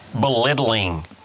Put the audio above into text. belittling